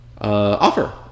offer